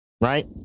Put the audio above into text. right